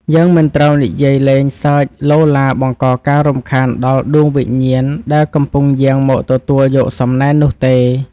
យើងមិនត្រូវនិយាយលេងសើចឡូឡាបង្កការរំខានដល់ដួងវិញ្ញាណដែលកំពុងយាងមកទទួលយកសំណែននោះទេ។